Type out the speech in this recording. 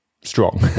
strong